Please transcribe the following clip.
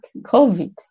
covid